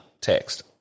text